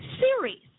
series